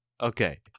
Okay